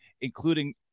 including